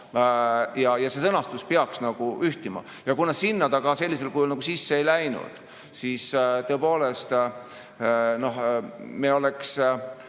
ja see sõnastus peaks ühtima. Kuna sinna ta sellisel kujul sisse ei läinud, siis tõepoolest me oleks